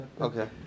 Okay